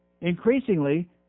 Increasingly